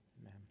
Amen